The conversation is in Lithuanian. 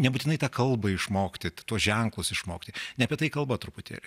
nebūtinai tą kalbą išmokti tuos ženklus išmokti ne apie tai kalba truputėlį